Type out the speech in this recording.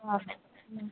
हजुर हुन्